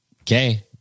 Okay